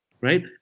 right